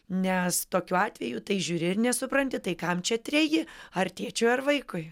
nes tokiu atveju tai žiūri ir nesupranti tai kam čia treji ar tėčiu ar vaikui